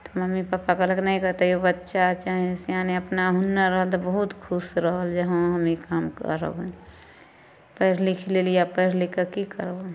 तऽ mummy papa कहलक नहि ओकरा तैयो बच्चा छ्ही सियाने अपना हूनर रहल तऽ बहुत खुश रहल जे हँ हम ई काम करबै पैढ़ लिख लेली आब पैढ़ लिक कऽ की करबै